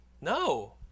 No